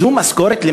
זו משכורת,